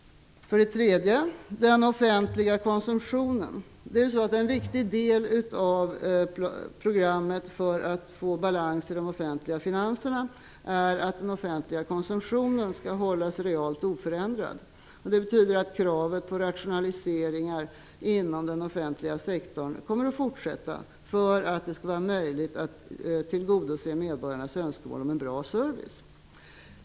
För det tredje gäller det den offentliga konsumtionen. En viktig del av programmet för att få balans i de offentliga finanserna är att den offentliga konsumtionen skall hållas realt oförändrad. Det betyder att kravet på rationaliseringar inom den offentliga sektorn kommer att fortsätta för att det skall vara möjligt att tillgodose medborgarnas önskemål om en bra service.